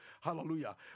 Hallelujah